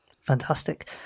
Fantastic